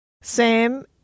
Sam